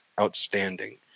outstanding